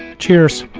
cheers.